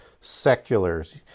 seculars